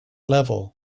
level